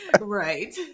Right